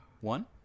One